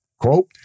Quote